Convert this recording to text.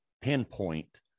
pinpoint